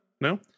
No